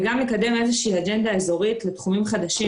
וגם לקדם איזושהי אג'נדה אזורית בתחומים חדשים